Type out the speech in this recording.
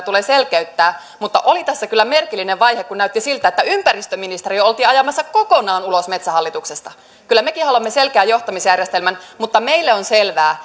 tulee selkeyttää mutta oli tässä kyllä merkillinen vaihe kun näytti siltä että ympäristöministeriö oltiin ajamassa kokonaan ulos metsähallituksesta kyllä mekin haluamme selkeän johtamisjärjestelmän mutta meille on selvää